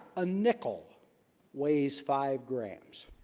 a nickel weighs five grams